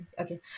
Okay